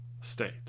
state